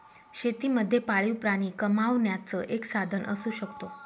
शेती मध्ये पाळीव प्राणी कमावण्याचं एक साधन असू शकतो